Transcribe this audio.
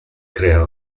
crea